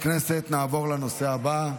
להלן תוצאות ההצבעה: